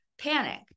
panic